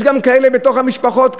יש גם כאלה בתוך המשפחות,